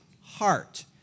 heart